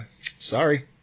sorry